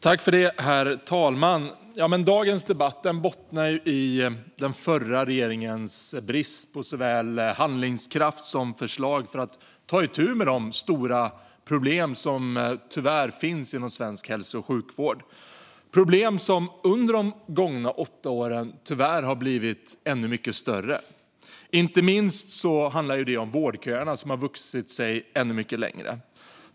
Herr talman! Dagens debatt bottnar i den förra regeringens brist på såväl handlingskraft som förslag gällande de stora problem som tyvärr finns inom svensk hälso och sjukvård - problem som under de gångna åtta åren tyvärr har blivit ännu större. Inte minst handlar det om vårdköerna, som har vuxit sig mycket längre.